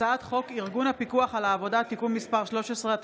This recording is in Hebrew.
הצעת חוק ארגון הפיקוח על העבודה (תיקון מס' 13),